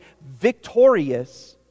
victorious